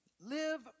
live